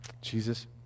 Jesus